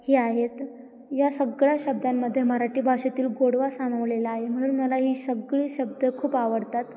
ही आहेत या सगळ्या शब्दांमध्ये मराठी भाषेतील गोडवा सामावलेला आहे म्हणून मला ही सगळी शब्द खूप आवडतात